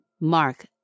Mark